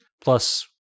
plus